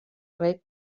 rei